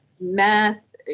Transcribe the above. math